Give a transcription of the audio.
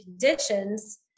conditions